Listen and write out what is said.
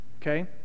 Okay